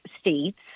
states